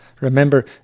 Remember